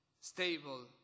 stable